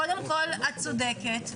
קודם כל את צודקת,